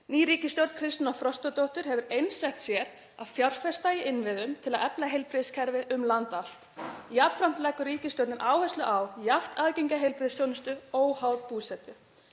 Ný ríkisstjórn Kristrúnar Frostadóttur hefur einsett sér að fjárfesta í innviðum til að efla heilbrigðiskerfið um land allt. Jafnframt leggur ríkisstjórnin áherslu á jafnt aðgengi að heilbrigðisþjónustu óháð búsetu.